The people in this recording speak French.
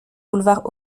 boulevards